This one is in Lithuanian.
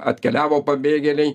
atkeliavo pabėgėliai